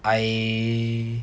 I